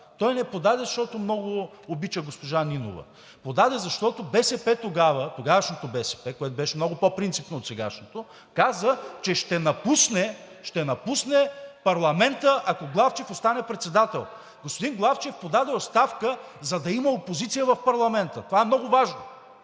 Той не я подаде, защото много обича госпожа Нинова, подаде я, защото БСП тогава – тогавашното БСП, което беше много по-принципно от сегашното, каза, че ще напусне парламента, ако Главчев остане председател. Господин Главчев подаде оставка, за да има опозиция в парламента. Това е много важно.